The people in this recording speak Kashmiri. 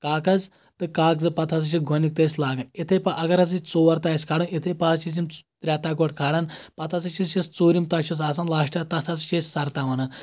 کاقز تہٕ کاغزٕ پَتہٕ ہسا چھ گۄڈٕنیُک تہٕ أسۍ لاگان یِتھٕے پٲٹھۍ اَگر ہسا ژور تہہ آسہِ کَڑٕنۍ یِتھٕے پٲٹھۍ چھِ یِم ترٛے تہہ گۄڈٕ کَڑان پَتہٕ ہسا چھِ أسۍ یُس ژوٗرِم تہہ چھُس اَسان لاسٹس تَتھ ہسا چھِ أسۍ سر تہہ ونان